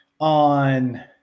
on